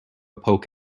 poke